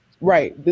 Right